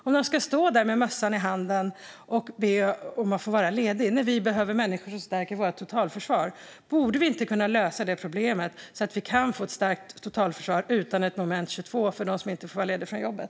Ska de stå där med mössan i hand och be om att få vara lediga när vi behöver människor som stärker vårt totalförsvar? Borde vi inte kunna lösa det problemet så att vi kan få ett starkt totalförsvar utan ett moment 22 med personer som inte får vara lediga från jobbet?